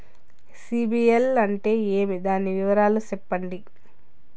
సిబిల్ అంటే ఏమి? దాని వివరాలు సెప్పండి?